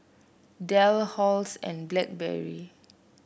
Dell Halls and Blackberry